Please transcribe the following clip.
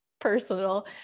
personal